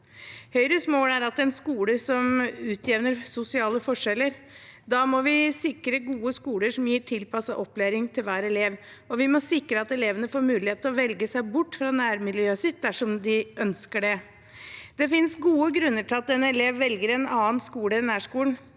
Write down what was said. Høyres mål er en skole som utjevner sosiale forskjeller. Da må vi sikre gode skoler som gir tilpasset opplæring til hver elev, og vi må sikre at elevene får mulighet til å velge seg bort fra nærmiljøet sitt dersom de ønsker det. Det finnes gode grunner til at en elev velger en annen skole enn nærskolen.